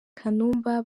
kanumba